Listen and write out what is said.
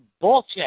bullshit